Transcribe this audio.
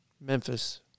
Memphis